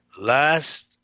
Last